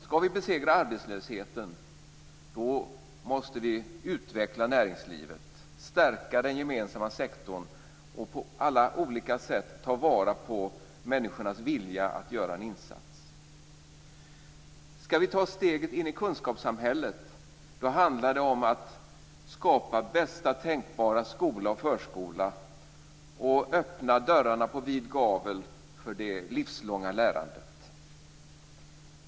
Skall vi besegra arbetslösheten, då måste vi utveckla näringslivet, stärka den gemensamma sektorn och på alla olika sätt ta vara på människornas vilja att göra en insats. Skall vi ta steget in i kunskapssamhället, då handlar det om att skapa bästa tänkbara skola och förskola och öppna dörrarna på vid gavel för det livslånga lärandet.